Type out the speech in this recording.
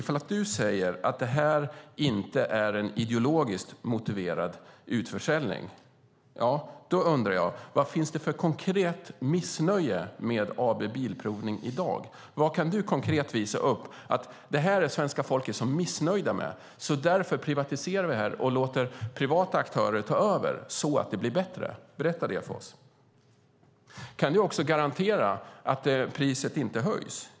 Om du säger att detta inte är en ideologiskt motiverad utförsäljning undrar jag vad det finns för konkret missnöje med AB Svensk Bilprovning i dag. Vad kan du konkret visa upp som svenska folket är så missnöjt med att vi nu privatiserar det och låter privata aktörer ta över så att det blir bättre? Berätta det för oss! Kan du också garantera att priset inte höjs?